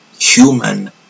human